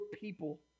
people